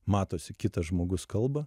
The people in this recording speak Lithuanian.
matosi kitas žmogus kalba